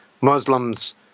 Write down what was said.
Muslims